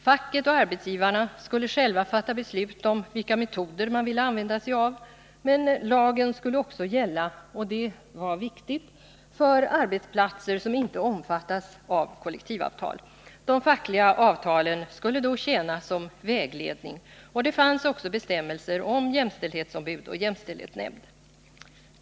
Facket och arbetsgivarna skulle själva fatta beslut om vilka metoder man ville använda sig av. Men lagen skulle också gälla — och det var viktigt — för arbetsplatser som inte omfattades av kollektivavtal. De fackliga avtalen skulle då tjäna som vägledning. Det fanns också med bestämmelser om jämställdhetsombud och jämställdhetsnämnd.